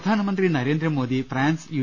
പ്രധാനമന്ത്രി Narendra Modi France U